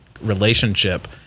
relationship